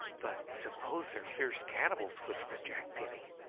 but suppose they're fierce cannibals, whispered jack penny,